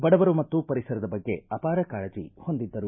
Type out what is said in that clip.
ಬಡವರು ಮತ್ತು ಪರಿಸರದ ಬಗ್ಗೆ ಅಪಾರ ಕಾಳಜಿ ಹೊಂದಿದ್ದರು